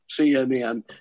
CNN